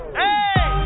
hey